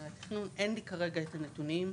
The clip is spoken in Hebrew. אין לי כרגע את הנתונים ,